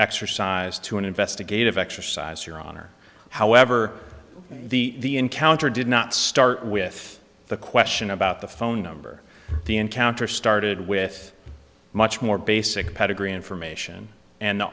exercise to an investigative exercise your honor however the counter did not start with the question about the phone number the encounter started with much more basic pedigree information and the